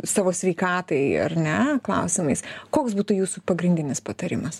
savo sveikatai ar ne klausimais koks būtų jūsų pagrindinis patarimas